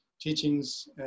teachings